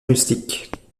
rustique